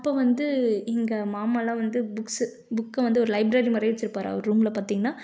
அப்போ வந்து எங்கள் மாமாவெலாம் வந்து புக்ஸ் புக்கை வந்து ஒரு லைப்ரரி மாதிரியே வச்சிருப்பார் அவர் ரூமில் பார்த்திங்கன்னா